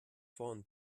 vorn